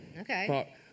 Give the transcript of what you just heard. Okay